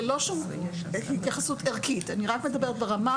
ללא התייחסות ערכית אלא אני מדברת ברמה